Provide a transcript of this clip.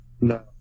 No